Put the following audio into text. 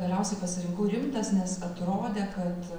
galiausiai pasirinkau rimtas nes atrodė kad